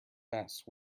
best